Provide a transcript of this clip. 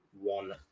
one